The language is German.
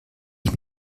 ich